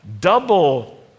double